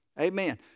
Amen